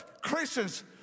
Christians